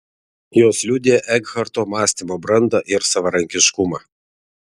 jos liudija ekharto mąstymo brandą ir savarankiškumą